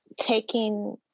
taking